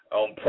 on